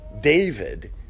David